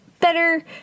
better